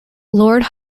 lord